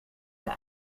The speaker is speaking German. der